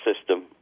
system